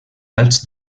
alts